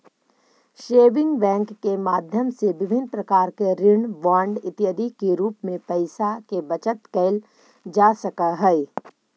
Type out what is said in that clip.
saving bank के माध्यम से विभिन्न प्रकार के ऋण बांड इत्यादि के रूप में पैइसा के बचत कैल जा सकऽ हइ